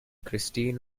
christine